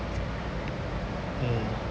mm